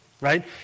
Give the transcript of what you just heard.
right